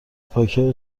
پاکه